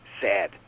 Sad